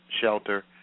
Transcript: shelter